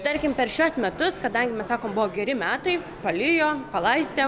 tarkim per šiuos metus kadangi mes sakom buvo geri metai palijo palaistėm